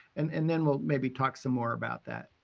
and and then we'll maybe talk some more about that.